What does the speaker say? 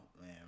man